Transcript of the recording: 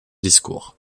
discours